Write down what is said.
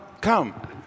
come